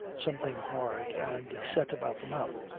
something hard and set about the mouth.